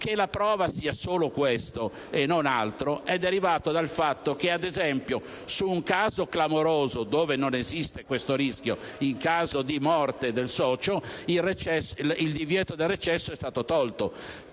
Che la prova sia solo questo e non altro è data dal fatto - ad esempio - che, su un caso clamoroso dove non esiste questo rischio (cioè in caso di morte del socio), il divieto di recesso è stato tolto.